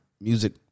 music